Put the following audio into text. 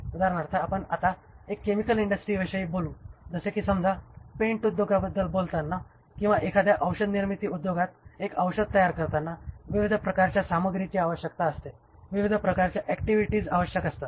उदाहरणार्थ आपण आता एका केमिकल इंडस्ट्रीजविषयी बोलू जसे कि समजा पेंट उद्योगाबद्दल बोलताना किंवा एखाद्या औषधनिर्मिती उद्योगात एक औषध तयार करताना विविध प्रकारच्या सामग्रीची आवश्यकता असते विविध प्रकारचे ऍक्टिव्हिटीज आवश्यक असतात